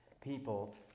People